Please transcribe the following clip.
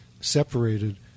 separated